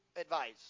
advice